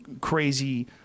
crazy